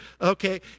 okay